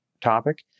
topic